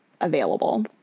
available